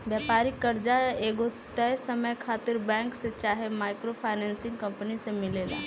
व्यापारिक कर्जा एगो तय समय खातिर बैंक से चाहे माइक्रो फाइनेंसिंग कंपनी से मिलेला